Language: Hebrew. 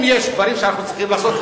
אם יש דברים שאנחנו צריכים לעשות,